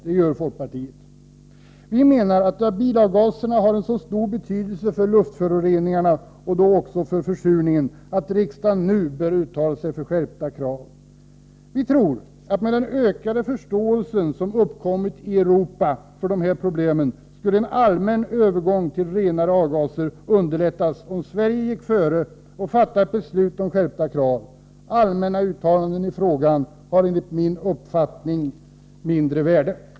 Det gör folkpartiet. Vi menar att bilavgaserna har en så stor betydelse för luftföroreningarna, och då också för försurningen, att riksdagen nu bör uttala sig för skärpta krav. Vi tror att med den ökade förståelse som uppkommit i Europa för dessa problem skulle en allmän övergång till renare avgaser underlättas, om Sverige gick före och fattade ett beslut om skärpta krav. Allmänna uttalanden i frågan har enligt min uppfattning mindre värde.